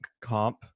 comp